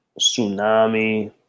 tsunami